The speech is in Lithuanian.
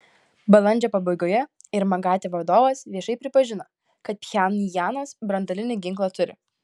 balandžio pabaigoje ir magate vadovas viešai pripažino kad pchenjanas branduolinį ginklą turi